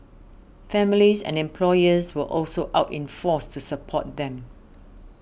families and employers were also out in force to support them